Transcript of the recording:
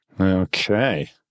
Okay